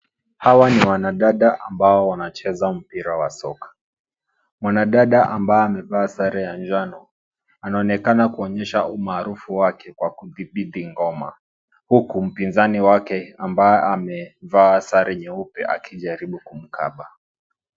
Hawa ni wanadada ambao wanacheza mpira wa soka. Mwanadada ambaye amevaa sare ya njano anaonekana kuonyesha umaarufu wake kwa kudhibiti ngoma huku mpinzani wake ambaye amevaa sare nyeupe akijaribu kumkaba.